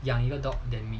养一个 dog than me